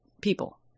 people